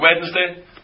Wednesday